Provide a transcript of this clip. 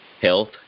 health